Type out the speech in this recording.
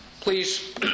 Please